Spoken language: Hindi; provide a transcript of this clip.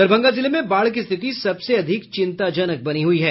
दरभंगा जिले में बाढ़ की रिथति सबसे अधिक चिंताजनक बनी हुई है